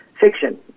fiction